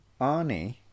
Arnie